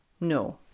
No